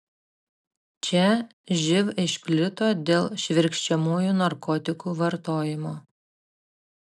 čia živ išplito dėl švirkščiamųjų narkotikų vartojimo